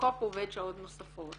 המיקרוסקופ עובד שעות נוספות